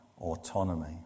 autonomy